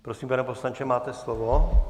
Prosím, pane poslanče, máte slovo.